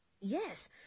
Yes